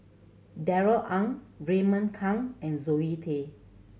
Darrell Ang Raymond Kang and Zoe Tay